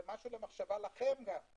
ומחשבה לכם או